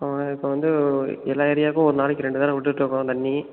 அவங்க இப்போ வந்து எல்லா ஏரியாவுக்கும் ஒரு நாளைக்கு ரெண்டு நேரம் விட்டுட்ருக்கோம் தண்ணி